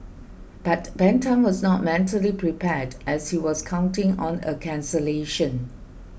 but Ben Tan was not mentally prepared as he was counting on a cancellation